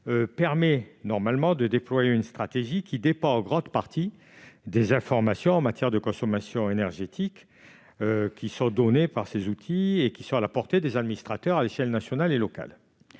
permet de déployer une stratégie qui dépend en grande partie des informations en matière de consommation énergétique. Celles-ci sont données par de tels outils et sont à la portée des administrateurs à l'échelle nationale et locale.